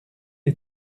les